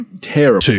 terrible